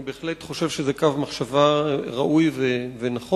בהחלט חושב שזה קו מחשבה ראוי ונכון.